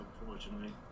unfortunately